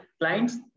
client's